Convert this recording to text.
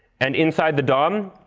and inside the dom,